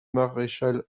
maréchal